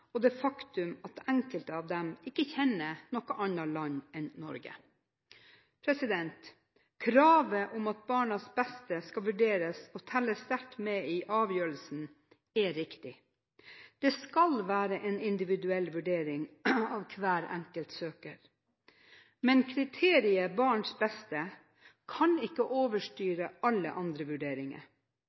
og det faktum at enkelte av dem ikke kjenner noe annet land enn Norge. Kravet om at barns beste skal vurderes og telle sterkt med i avgjørelsen er riktig. Det skal være en individuell vurdering av hver enkelt søker. Men kriteriet «barns beste» kan ikke overstyre alle andre vurderinger.